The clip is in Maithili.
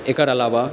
एकर अलावा